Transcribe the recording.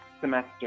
semester